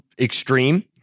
extreme